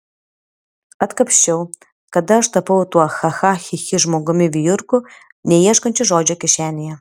atkapsčiau kada aš tapau tuo cha cha chi chi žmogumi vijurku neieškančiu žodžio kišenėje